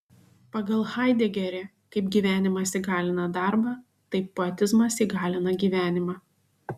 pagal haidegerį kaip gyvenimas įgalina darbą taip poetizmas įgalina gyvenimą